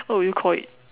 what will you Call it